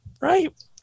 right